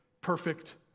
perfect